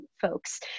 folks